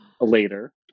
later